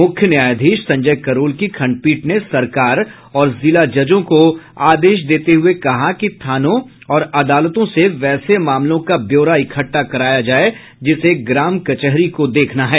मुख्य न्यायाधीश संजय करोल की खंडपीठ ने सरकार और जिला जजों को आदेश देते हुये कहा कि थानों और अदालतों से वैसे मामलों का बयौरा इकट्ठा कराये जिसे ग्राम कचहरी को देखना है